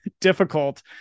difficult